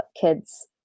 kids